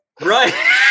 right